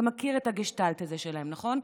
אתה מכיר את הגשטלט הזה שלהם, נכון?